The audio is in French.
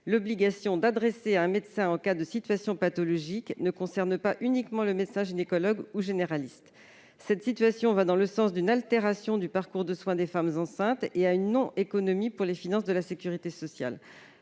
L'obligation d'adresser à un médecin en cas de situation pathologique ne concerne pas uniquement le médecin gynécologue ou généraliste. Cette situation va dans le sens d'une altération du parcours de soins des femmes enceintes et à une non-économie pour les finances de la sécurité sociale.